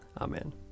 Amen